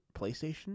PlayStation